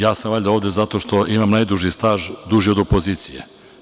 Ja sam ovde valjda zbog toga što imam najduži staž, duži od opozicije.